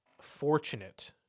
fortunate